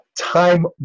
time